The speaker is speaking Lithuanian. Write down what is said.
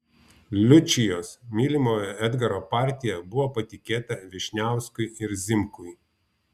liučijos mylimojo edgaro partija buvo patikėta vyšniauskui ir zimkui